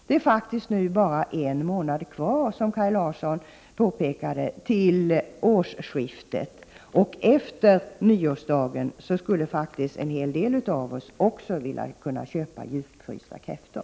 Det är nu faktiskt bara en månad kvar till årsskiftet, som Kaj Larsson påpekade. Efter nyårsdagen skulle faktiskt en hel del av oss vilja köpa djupfrysta kräftor.